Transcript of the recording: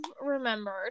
remembered